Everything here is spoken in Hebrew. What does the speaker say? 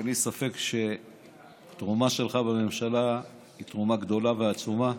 אין לי ספק שהתרומה שלך בממשלה היא תרומה גדולה ועצומה,